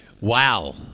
Wow